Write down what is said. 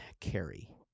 carry